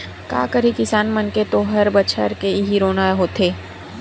का करही किसान मन के तो हर बछर के इहीं रोना होथे